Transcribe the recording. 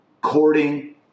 courting